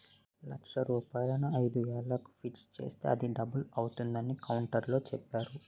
లక్ష రూపాయలను ఐదు ఏళ్లకు ఫిక్స్ చేస్తే అది డబుల్ అవుతుందని కౌంటర్లో చెప్పేరు